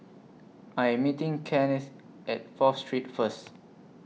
I Am meeting Kennith At Fourth Street First